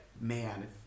man